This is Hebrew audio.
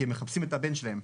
כי הם מחפשים את הבן שלהם.